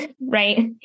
right